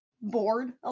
bored